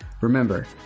Remember